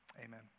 amen